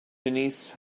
denise